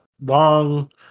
long